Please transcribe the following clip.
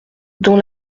dont